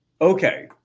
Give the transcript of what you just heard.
okay